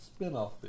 spinoff